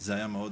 וזה היה מאוד